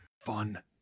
Fun